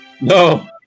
No